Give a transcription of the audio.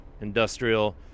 Industrial